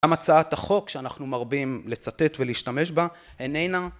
גם הצעת החוק שאנחנו מרבים לצטט ולהשתמש בה, איננה...